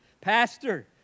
Pastor